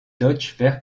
deutscher